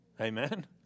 Amen